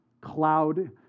cloud